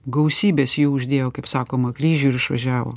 gausybės jų uždėjo kaip sakoma kryžių ir išvažiavo